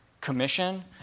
commission